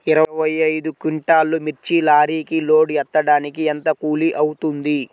ఇరవై ఐదు క్వింటాల్లు మిర్చి లారీకి లోడ్ ఎత్తడానికి ఎంత కూలి అవుతుంది?